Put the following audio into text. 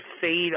fade